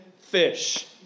fish